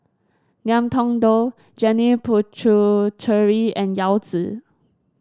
Ngiam Tong Dow Janil Puthucheary and Yao Zi